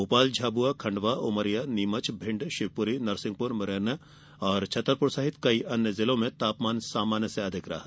भोपाल झाबुआ खंडवा उमरिया नीमच भिण्ड शिवपुरी नरसिंहपुर मुरैना और छतरपुर सहित कई अन्य जिलों तापमान सामान्य से अधिक रहा